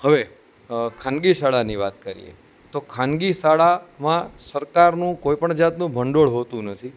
હવે ખાનગી શાળાની વાત કરીએ તો ખાનગી શાળામાં સરકારનું કોઈ પણ જાતનું ભંડોળ હોતું નથી